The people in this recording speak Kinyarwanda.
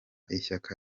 ishyaka